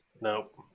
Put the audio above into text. Nope